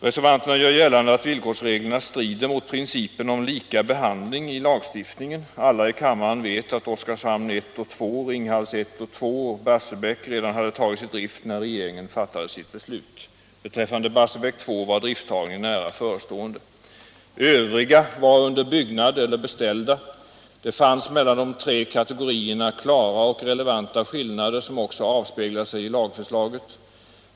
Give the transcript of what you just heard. Reservanterna gör gällande att villkorsreglerna strider mot principen om lika behandling i lagstiftningen. Alla i kammaren vet att Oskarshamn 1 och 2, Ringhals 1 och 2 och Barsebäck 1 redan hade tagits i drift när regeringen fattade sitt beslut. Beträffande Barsebäck 2 var drifttagningen nära förestående. Övriga var under byggnad eller beställda. Det fanns mellan de tre kategorierna klara och relevanta skillnader som också avspeglar sig i lagförslaget.